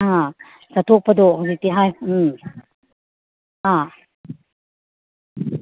ꯑꯥ ꯆꯠꯊꯣꯛꯄꯗꯣ ꯍꯧꯖꯤꯛꯇꯤ ꯎꯝ ꯑꯥ